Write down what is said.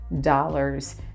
dollars